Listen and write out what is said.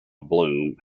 bloom